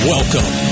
Welcome